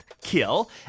Kill